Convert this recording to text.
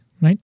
right